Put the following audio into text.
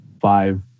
five